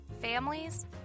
families